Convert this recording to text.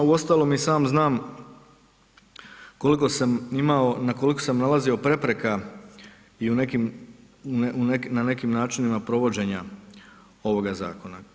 Uostalom i sam znam koliko sam imamo, na koliko sam nailazio prepreka i u nekim, na nekim načinima provođenja ovoga zakona.